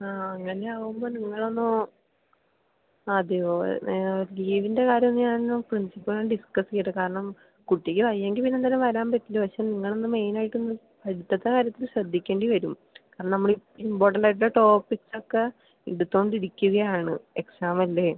ആ അങ്ങനെയാവുമ്പോൾ നിങ്ങളൊന്ന് അതെയോ ലീവിൻ്റെ കാര്യം ഒന്ന് ഞാനൊന്നു പ്രിൻസിപ്പലിനോട് ഡിസ്കസ് ചെയ്യട്ടെ കാരണം കുട്ടിക്ക് വയ്യെങ്കിൽ പിന്നെന്തായാലും വരാൻ പറ്റില്ല പക്ഷേ നിങ്ങളൊന്ന് മെയിൻ ആയിട്ടൊന്ന് പഠിത്തത്തിൻ്റെ കാര്യത്തിൽ ശ്രദ്ധിക്കേണ്ടി വരും കാരണം നമ്മൾ ഈ ഇമ്പോർട്ടൻറ് ആയിട്ടുള്ള ടോപിക്സ് ഒക്കെ എടുത്തുകൊണ്ടിരിക്കുകയാണ് എക്സാം അല്ലേ